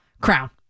crown